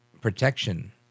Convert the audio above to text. protection